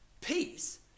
Peace